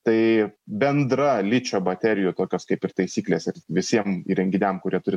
tai bendra ličio baterijų tokios kaip ir taisyklės visiem įrenginiam kurie turi